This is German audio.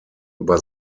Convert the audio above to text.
über